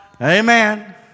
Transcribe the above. Amen